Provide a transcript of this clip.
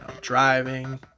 Driving